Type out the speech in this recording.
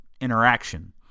interaction